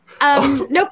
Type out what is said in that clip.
Nope